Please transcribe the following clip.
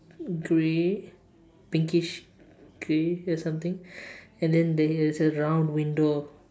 grey pinkish grey or something and then there is a round window